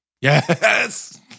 Yes